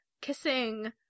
kissing